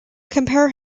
compare